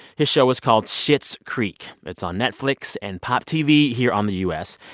his show was called schitt's creek. it's on netflix and pop tv here on the u s.